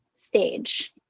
stage